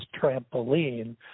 trampoline